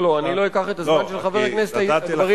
לא לא, אני לא אקח את הזמן של חבר הכנסת אגבאריה.